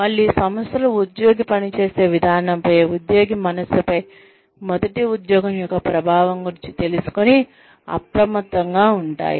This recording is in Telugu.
మళ్ళీ సంస్థలు ఉద్యోగి పని చేసే విధానంపై ఉద్యోగి మనస్సుపై మొదటి ఉద్యోగం యొక్క ప్రభావం గురించి తెలుసుకునీ అప్రమత్తంగా ఉంటాయి